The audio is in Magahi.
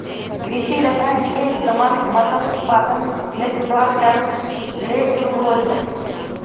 कृषि रसायन के इस्तेमाल फसल उत्पादन में सुधार करय ले शुरु होलय हल